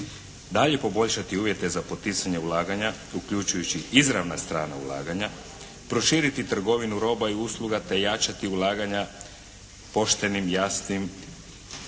dalje poboljšati uvjete za poticanje ulaganja uključujući izravna strana ulaganja, proširiti trgovinu roba i usluga te jačati ulaganja poštenim, jasnim i